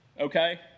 okay